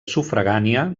sufragània